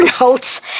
notes